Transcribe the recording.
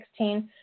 2016